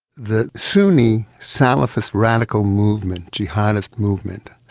the sunni salafist radical movement, jihadist movement,